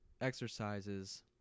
exercises